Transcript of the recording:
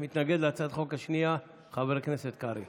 מתנגד להצעת החוק השנייה חבר הכנסת קרעי.